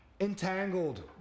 Entangled